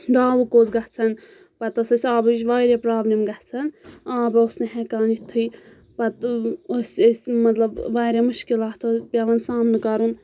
داوُک اوس گَژھان پَتہٕ ٲسۍ اَسہِ آبٕچ واریاہ پرابلِم گَژھان آب اوس نہٕ ہؠکان یِتھٕے پَتہٕ ٲسۍ أسۍ مطلب واریاہ مُشکِلات پؠوان سامنہٕ کَرُن